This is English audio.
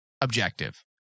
objective